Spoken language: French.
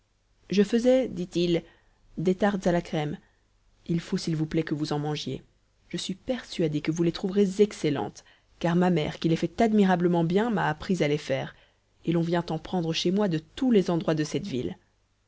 je faisais dit-il des tartes à la crème il faut s'il vous plaît que vous en mangiez je suis persuadé que vous les trouverez excellentes car ma mère qui les fait admirablement bien m'a appris à les faire et l'on vient en prendre chez moi de tous les endroits de cette ville